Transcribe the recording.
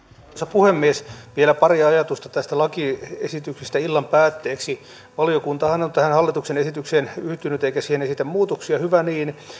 puhemies vielä pari ajatusta tästä lakiesityksestä illan päätteeksi valiokuntahan on tähän hallituksen esitykseen yhtynyt eikä siihen esitä muutoksia hyvä niin